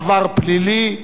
עבר פלילי),